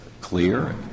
clear